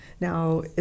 Now